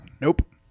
Nope